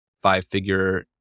five-figure